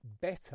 better